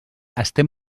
estem